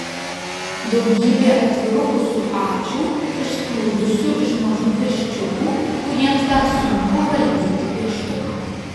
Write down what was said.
daugybė atvirukų su ačiū išsprūdusiu iš mažų pirščiukų kuriems dar sunku valdyti pieštuką